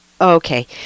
Okay